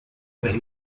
tres